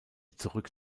zurück